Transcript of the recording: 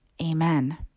Amen